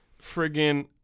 friggin